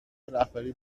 رهبری